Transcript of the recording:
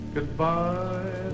Goodbye